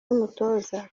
y’umutoza